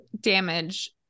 damage